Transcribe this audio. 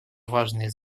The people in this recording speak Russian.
важное